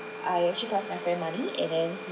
I actually pass my friend money and then